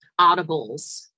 audibles